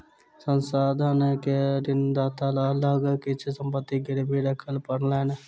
संस्थान के ऋणदाता लग किछ संपत्ति गिरवी राखअ पड़लैन